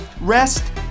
rest